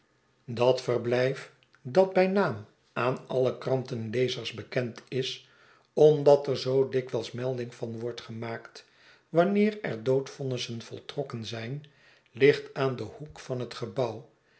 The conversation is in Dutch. dat verblijf dat bij naam aan alle krantenlezers bekend is omdat er zoo dikwijls melding van wordt gemaakt wanneer er doodvonnissen voltrokken zgn ligt aan den hoek van het gebouw